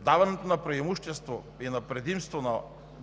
даването на преимущество, на предимство на